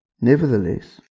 Nevertheless